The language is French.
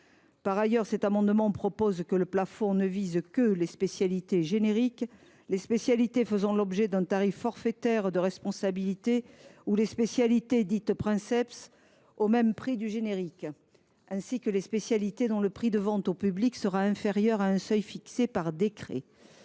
90 millions d’euros. Le plafond ne vise que les spécialités génériques, les spécialités faisant l’objet d’un tarif forfaitaire de responsabilité ou les spécialités dites princeps au même prix que le générique, ainsi que les spécialités dont le prix de vente au public sera inférieur à un seuil fixé par décret.